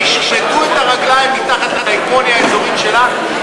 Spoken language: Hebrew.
וישמטו את הרגליים מתחת להגמוניה האזורית שלנו.